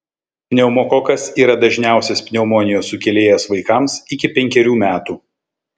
pneumokokas yra dažniausias pneumonijos sukėlėjas vaikams iki penkerių metų